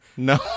No